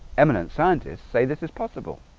eminent scientists, say this is possible